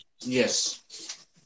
Yes